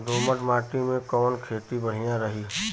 दोमट माटी में कवन खेती बढ़िया रही?